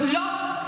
לא.